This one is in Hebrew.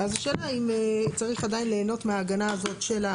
ואז השאלה אם צריך עדיין ליהנות מההגנה הזאת של,